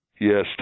Yes